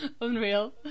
Unreal